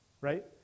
Right